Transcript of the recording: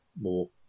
more